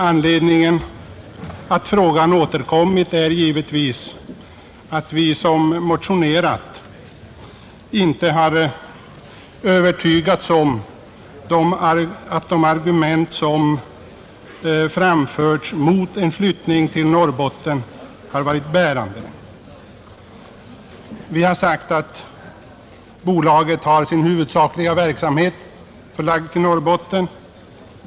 Anledningen till att frågan återkommit är givetvis att vi som motionerat inte har övertygats om att de argument som framförts mot en flyttning till Norrbotten har varit bärande. Vi har sagt att bolaget har sin huvudsakliga verksamhet förlagd till Norrbotten.